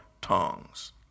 tongues